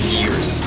years